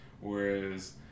Whereas